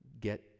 get